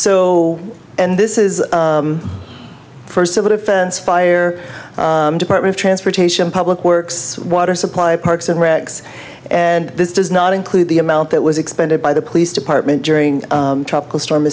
so and this is for civil defense fire department transportation public works water supply parks and rec and this does not include the amount that was expended by the police department during tropical storm